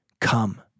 come